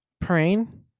praying